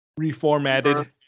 reformatted